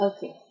Okay